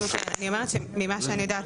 אני אומרת שממה שאני יודעת,